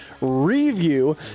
review